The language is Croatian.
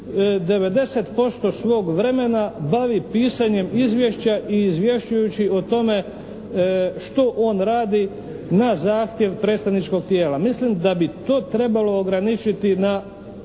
90% svog vremena bavi pisanjem izvješća i izvješćujući o tome što on radi na zahtjev predstavničkog tijela. Mislim da bi to trebalo ograničiti na